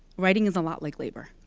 writing is a lot like labor.